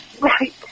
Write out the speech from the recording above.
Right